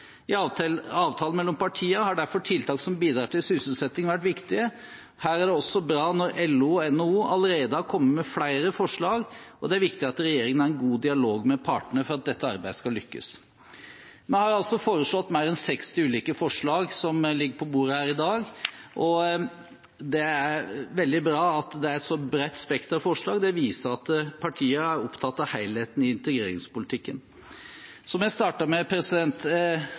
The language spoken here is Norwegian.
i arbeidslivet. I avtalen mellom partiene har derfor tiltak som bidrar til sysselsetting, vært viktige. Her er det også bra når LO og NHO allerede har kommet med flere forslag, og det er viktig at regjeringen har en god dialog med partene for at dette arbeidet skal lykkes. Vi har altså foreslått mer enn seksti ulike forslag som ligger på bordet her i dag, og det er veldig bra at det er et så bredt spekter av forslag. Det viser at partiene er opptatt av helheten i integreringspolitikken. Som jeg startet med: